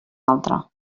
altre